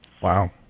Wow